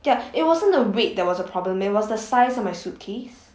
ya it wasn't the weight that was a problem it was the size of my suitcase